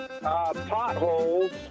Potholes